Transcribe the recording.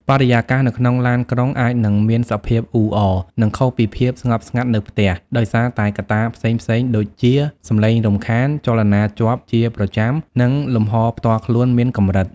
បរិយាកាសនៅក្នុងឡានក្រុងអាចនឹងមានសភាពអ៊ូអរ និងខុសពីភាពស្ងប់ស្ងាត់នៅផ្ទះ ដោយសារតែកត្តាផ្សេងៗដូចជា សំឡេងរំខាន ចលនាជាប់ជាប្រចាំ និងលំហផ្ទាល់ខ្លួនមានកម្រិត។